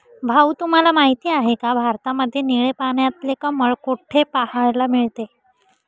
भाऊ तुम्हाला माहिती आहे का, भारतामध्ये निळे पाण्यातले कमळ कुठे पाहायला मिळते?